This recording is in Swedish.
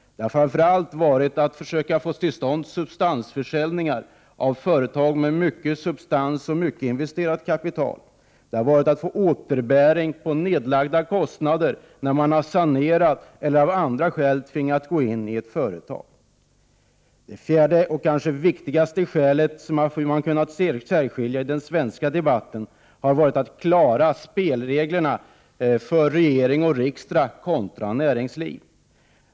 Det har framför allt gällt att försöka få till stånd försäljning av företag med mycket substans och investerat kapital. Det har handlat om att få återbäring på pengar man har lagt ned när man sanerat eller av andra skäl tvingats gå in i ett företag. Ett fjärde skäl, som man har kunnat särskilja i den svenska debatten, har varit att åstadkomma klara spelregler för regering och riksdag kontra näringsliv.